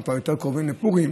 אנחנו כבר יותר קרובים לפורים,